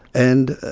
and